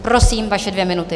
Prosím, vaše dvě minuty.